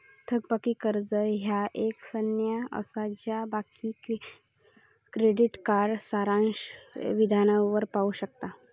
थकबाकी कर्जा ह्या एक संज्ञा असा ज्या तुम्ही क्रेडिट कार्ड सारांश विधानावर पाहू शकता